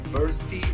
First